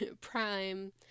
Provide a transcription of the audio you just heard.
prime